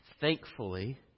Thankfully